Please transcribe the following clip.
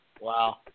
Wow